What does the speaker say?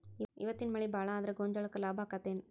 ಇವತ್ತಿನ ಮಳಿ ಭಾಳ ಆದರ ಗೊಂಜಾಳಕ್ಕ ಲಾಭ ಆಕ್ಕೆತಿ ಏನ್?